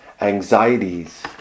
anxieties